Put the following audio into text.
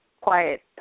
quiet